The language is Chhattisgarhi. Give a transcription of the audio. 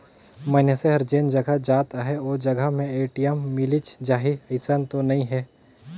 मइनसे हर जेन जघा जात अहे ओ जघा में ए.टी.एम मिलिच जाही अइसन तो नइ हे